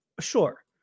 Sure